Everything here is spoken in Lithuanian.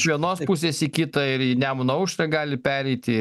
iš vienos pusės į kitą ir į nemuno aušrą gali pereiti